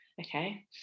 okay